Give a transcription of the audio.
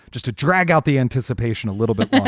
just a drag out the anticipation a little bit